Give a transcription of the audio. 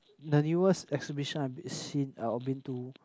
the newest exhibition I've seen or been to